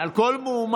על כל מועמד.